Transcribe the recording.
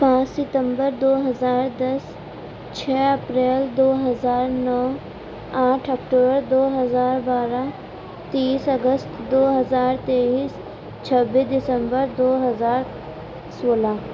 پانچ ستمبر دو ہزار دس چھ اپریل دو ہزار نو آٹھ اکٹوبر دو ہزار بارہ تیس اگست دو ہزار تئیس چھبیس دسمبر دو ہزار سولہ